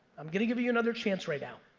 i'm gonna give you you another chance right now.